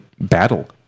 battle